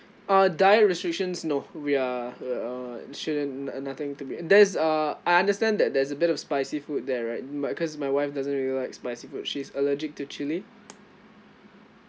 uh diet restrictions no we are uh shouldn't uh nothing to be there is uh I understand that there's a bit of spicy food there right but cause my wife doesn't really likes spicy food she's allergic to chili